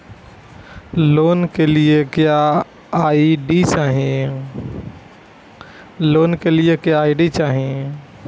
Loan के लिए क्या आई.डी चाही?